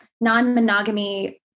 non-monogamy